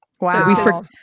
Wow